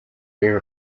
rear